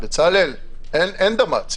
אין דמ"צ.